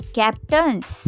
captains